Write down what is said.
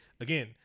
Again